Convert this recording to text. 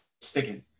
sticking